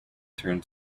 turned